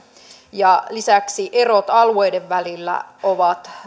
lisäksi erot alueiden välillä ovat